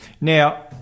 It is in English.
Now